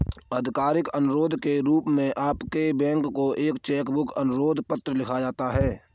आधिकारिक अनुरोध के रूप में आपके बैंक को एक चेक बुक अनुरोध पत्र लिखा जाता है